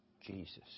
Jesus